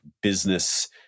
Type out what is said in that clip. business